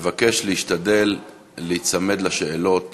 נבקש להשתדל להיצמד לשאלות